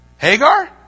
Hagar